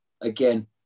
again